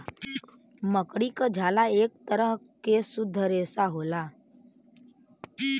मकड़ी क झाला एक तरह के शुद्ध रेसा होला